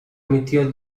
emitió